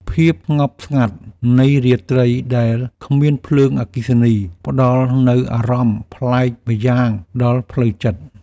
ភាពស្ងប់ស្ងាត់នៃរាត្រីដែលគ្មានភ្លើងអគ្គិសនី ផ្តល់នូវអារម្មណ៍ប្លែកម្យ៉ាងដល់ផ្លូវចិត្ត។